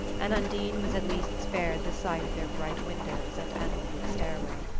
and undine was at least spared the sight of their bright windows and animated stairway.